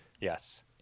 yes